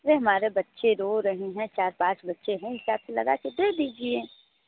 अरे हमारे बच्चे रो रहें हैं चार पाँच बच्चे हैं एक साथ लगा के दे दीजिए